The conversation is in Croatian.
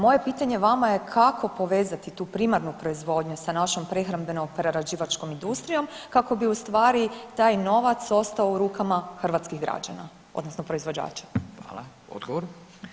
Moje pitanje vama je kako povezati tu primarnu proizvodnju sa našom prehrambeno-prerađivačkom industrijom kako bi ustvari taj novac ostao u rukama hrvatskih građana odnosno proizvođača.